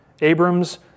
Abrams